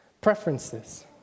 Preferences